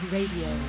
Radio